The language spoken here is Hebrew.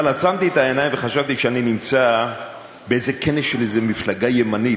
אבל עצמתי את העיניים וחשבתי שאני נמצא באיזה כנס של איזו מפלגה ימנית,